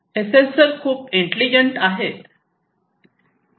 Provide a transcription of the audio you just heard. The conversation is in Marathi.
हे सेन्सर खूप खूप इंटेलिजंट आहेत